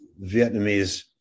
Vietnamese